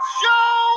show